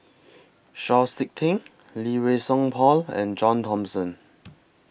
Chau Sik Ting Lee Wei Song Paul and John Thomson